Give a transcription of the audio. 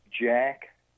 Jack